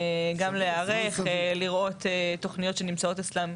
גם להיערך לראות תוכניות שנמצאות אצלם.